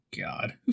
god